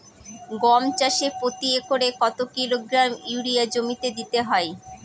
গম চাষে প্রতি একরে কত কিলোগ্রাম ইউরিয়া জমিতে দিতে হয়?